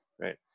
Right